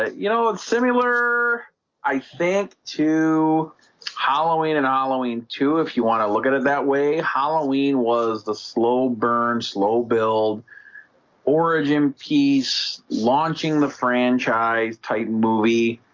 you know, it's similar i think to halloween and ah halloween if you want to look at it that way halloween was the slow burn slow build origin piece launching the franchise type movie